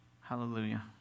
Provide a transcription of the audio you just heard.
hallelujah